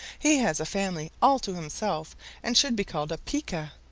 he has a family all to himself and should be called a pika.